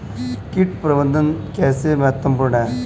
कीट प्रबंधन कैसे महत्वपूर्ण है?